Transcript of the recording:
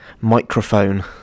microphone